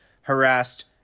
harassed